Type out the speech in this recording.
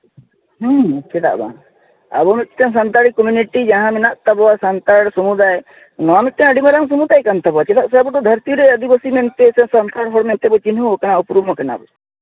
ᱦᱮᱸ ᱪᱮᱫᱟᱜ ᱵᱟᱝ ᱟᱵᱚ ᱢᱤᱫᱴᱟᱱ ᱥᱟᱱᱛᱟᱲᱤ ᱠᱚᱢᱤᱴᱤ ᱡᱟᱦᱟᱸ ᱢᱮᱱᱟᱜ ᱛᱟᱵᱚᱱᱟ ᱥᱟᱱᱛᱟᱲ ᱥᱚᱢᱩᱫᱚᱭ ᱱᱚᱣᱟ ᱢᱤᱫᱴᱟᱱ ᱟᱹᱰᱤ ᱢᱟᱨᱟᱝ ᱥᱚᱢᱩᱫᱟᱭ ᱠᱟᱱ ᱛᱟᱵᱚᱱᱟ ᱪᱮᱫᱟᱜ ᱥᱮ ᱟᱵᱚ ᱫᱚ ᱫᱷᱟᱹᱨᱛᱤ ᱨᱮ ᱟᱹᱫᱤᱵᱟᱹᱥᱤ ᱢᱮᱱᱛᱮ ᱥᱟᱱᱛᱟᱲ ᱦᱚᱲ ᱢᱮᱱᱛᱮ ᱵᱚᱱ ᱪᱤᱱᱦᱟᱹᱣ ᱠᱟᱱᱟ ᱩᱯᱨᱩᱢ ᱠᱟᱱᱟ ᱵᱚᱱ